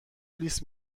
لیس